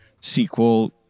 sequel